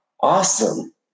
Awesome